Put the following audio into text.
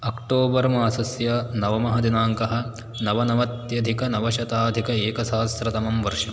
October मासस्य नवमः दिनाङ्कः नवनवत्यधिकनवशताधिक एकसहस्रतमं वर्षं